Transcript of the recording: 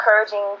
encouraging